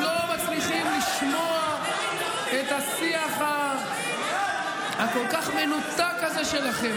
הם לא מצליחים לשמוע את השיח הכל-כך מנותק הזה שלכם,